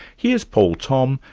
here's paul thom,